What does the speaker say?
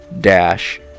dash